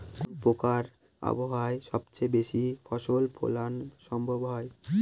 কোন প্রকার আবহাওয়ায় সবচেয়ে বেশি ফসল ফলানো সম্ভব হয়?